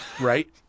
right